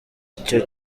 icyo